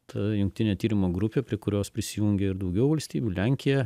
ta jungtinė tyrimo grupė prie kurios prisijungė ir daugiau valstybių lenkija